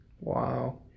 Wow